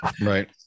right